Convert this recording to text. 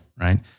Right